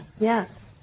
Yes